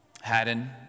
Haddon